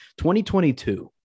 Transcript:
2022